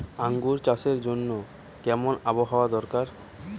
আঙ্গুর চাষের জন্য কেমন আবহাওয়া দরকার?